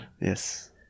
yes